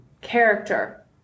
character